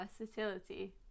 versatility